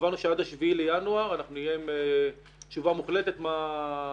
קבענו שעד ה-7 בינואר אנחנו נהיה עם תשובה מוחלטת מה הפרויקט.